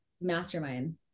mastermind